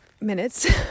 minutes